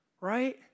right